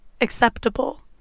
acceptable